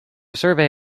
survey